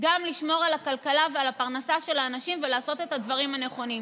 שלנו גם לשמור על הכלכלה ועל הפרנסה של האנשים ולעשות את הדברים הנכונים.